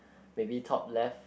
maybe top left